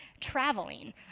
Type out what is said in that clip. traveling